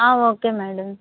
okay madam